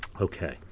Okay